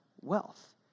wealth